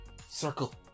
circle